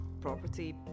property